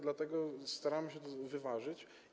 Dlatego staramy się to wyważyć.